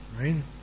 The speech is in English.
Right